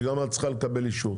שגם את צריכה לקבל אישור?